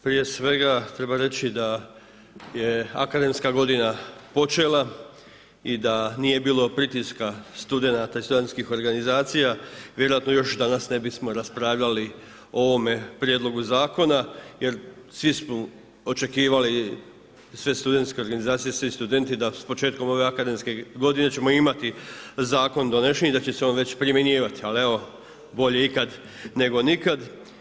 Prije svega treba reći da je akademska godina počela i da nije bilo pritiska studenata i studentskih organizacija vjerojatno još danas ne bismo raspravljali o ovome prijedlogu zakona jer svi smo očekivali i sve studentske organizacije i svi studenti da s početkom ove akademske godine ćemo imati zakon donesen i da će se on već primjenjivati ali evo, bolje ikad neko nikad.